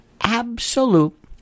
absolute